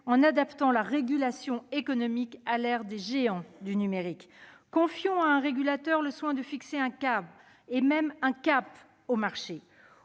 en adaptant la régulation économique à l'ère des géants du numérique. Confions à un régulateur le soin de fixer un cadre, et même un cap, au marché.